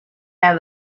have